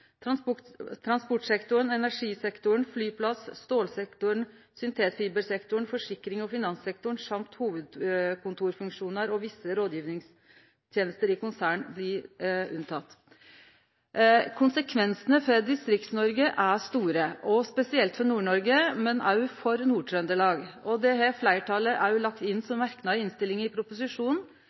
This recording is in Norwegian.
Transportsektoren, energisektoren, flyplassar, stålsektoren, syntetfibersektoren, forsikrings- og finanssektoren samt hovudkontorfunksjonar og visse rådgjevingstenester i konsern blir unntatt. Konsekvensane for Distrikts-Noreg er store, og spesielt for Nord-Noreg, men òg for Nord-Trøndelag. Det har fleirtalet òg lagt inn som merknader i innstillinga til proposisjonen,